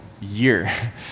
year